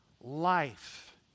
life